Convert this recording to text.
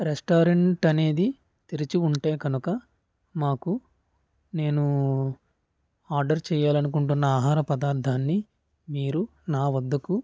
restaurant అనేది తెరచి ఉంటే కనుక మాకు నేను ఆర్డర్ చేయాలి అనుకుంటున్న ఆహార పదార్థాన్ని మీరు నా వద్దకు